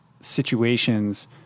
situations